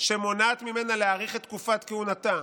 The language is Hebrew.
שמונעת ממנה להאריך את תקופת כהונתה.